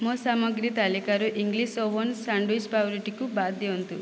ମୋ ସାମଗ୍ରୀ ତାଲିକାରୁ ଇଂଲିଶ ଓଭନ୍ ସାଣ୍ଡୱିଚ୍ ପାଉଁରୁଟିକୁ ବାଦ ଦିଅନ୍ତୁ